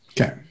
Okay